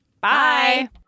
Bye